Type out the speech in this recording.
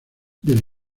del